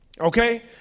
Okay